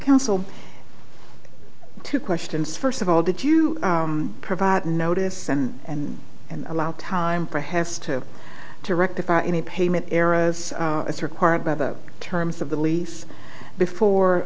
counsel two questions first of all did you provide notice and and and allow time for has to to rectify any payment era's as required by the terms of the lease before